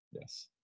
Yes